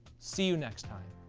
see you next time.